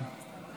לא עברה.